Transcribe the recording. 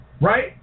right